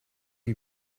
you